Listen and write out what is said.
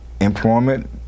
employment